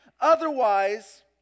Otherwise